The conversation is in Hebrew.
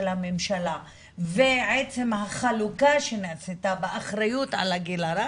הממשלה ועצם החלוקה שנעשתה באחריות על הגיל הרך,